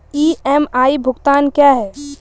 EMI भुगतान क्या है?